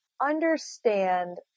understand